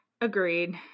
Agreed